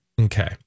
Okay